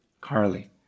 Carly